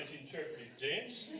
interpretive dance.